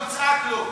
אני אצעק לו.